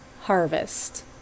harvest